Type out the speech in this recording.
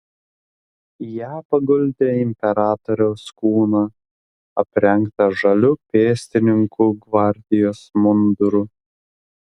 į ją paguldė imperatoriaus kūną aprengtą žaliu pėstininkų gvardijos munduru